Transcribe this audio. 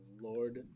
Lord